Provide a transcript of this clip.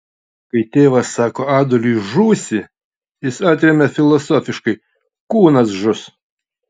kai tėvas sako adoliui žūsi jis atremia filosofiškai kūnas žus